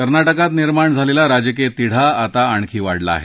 कर्नाटकात निर्माण झालेला राजकीय तिढा आता आणखी वाढला आहे